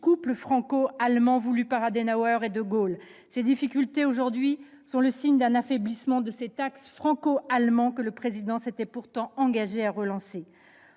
couple franco-allemand voulu par Adenauer et de Gaulle. Ses difficultés actuelles sont le signe d'un affaiblissement de cet axe franco-allemand que le Président de la République s'était pourtant engagé à relancer.